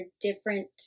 different